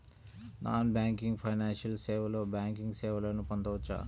Non banking financial సేవలో banking సేవలను పొందవచ్చా?